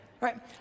right